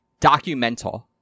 documental